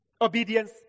obedience